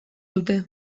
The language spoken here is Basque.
dute